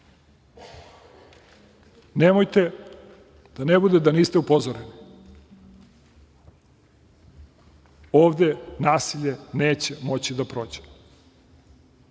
Nemojte, da ne bude da niste upozoreni. Ovde nasilje neće moći da prođe. Prema